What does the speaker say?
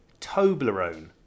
Toblerone